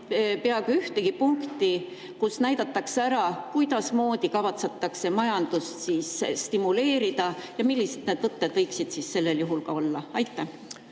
peaaegu ühtegi punkti, kus näidataks ära, kuidasmoodi kavatsetakse majandust stimuleerida ja millised need võtted võiksid sel juhul olla. Aitäh!